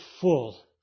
full